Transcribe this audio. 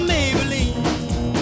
Maybelline